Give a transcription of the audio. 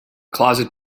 closet